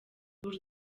bull